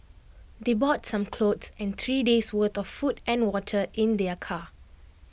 they brought some clothes and three days' worth of food and water in their car